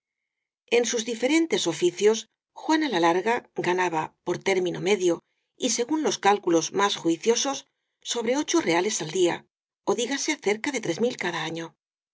en sus diferentes oficios juana la larga ganaba por término medio y según los cálculos más jui ciosos sobre ocho reales al día ó dígase cerca de cada año